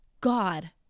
god